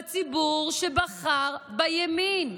בציבור שבחר בימין,